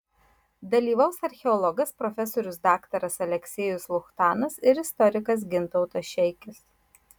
dalyvaus archeologas profesorius daktaras aleksejus luchtanas ir istorikas gintautas šeikis